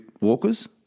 walkers